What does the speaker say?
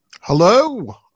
Hello